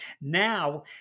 now